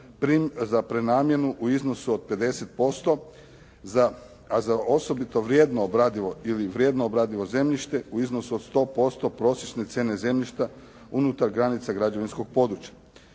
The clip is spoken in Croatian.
za prenamjenu u iznosu od 50%, a za osobito vrijedno obradivo ili vrijedno obradivo zemljište u iznosu od 100% prosječne cijene zemljišta unutar granica građevinskog područja.